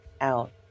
out